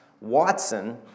Watson